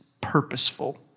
purposeful